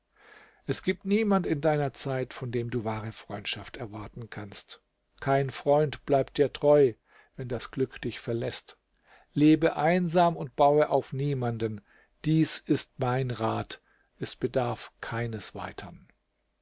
es gibt niemand in deiner zeit von dem du wahre freundschaft erwarten kannst kein freund bleibt dir treu wenn das glück dich verläßt lebe einsam und baue auf niemanden dies ist mein rat es bedarf keines weitern